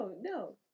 no